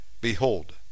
behold